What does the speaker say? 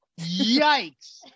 yikes